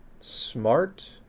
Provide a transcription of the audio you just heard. smart